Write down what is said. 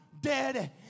dead